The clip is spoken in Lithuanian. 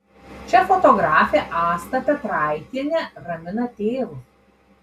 čia fotografė asta petraitienė ramina tėvus